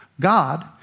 God